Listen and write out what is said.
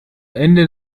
ende